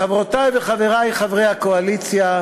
חברותי וחברי חברי הקואליציה,